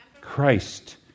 Christ